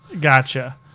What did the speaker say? Gotcha